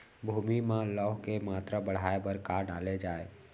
भूमि मा लौह के मात्रा बढ़ाये बर का डाले जाये?